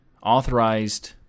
authorized